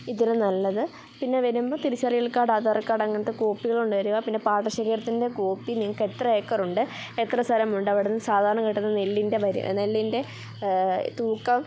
ഇതിനു നല്ലത് പിന്നെ വരുമ്പോൾ തിരിച്ചറിയൽ കാർഡ് ആധാർ കാർഡങ്ങനത്തെ കോപ്പികൾ കൊണ്ടുവരാം പിന്നെ പാടശേഖരത്തിൻ്റെ കോപ്പി നിങ്ങൾക്കെത്ര ഏക്കറുണ്ട് എത്ര സ്ഥലമുണ്ട് അവിടെ നിന്ന് സാധാരണ കിട്ടുന്ന നെല്ലിൻ്റെ വരി നെല്ലിൻ്റെ തൂക്കം